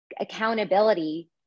accountability